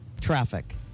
traffic